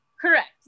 Correct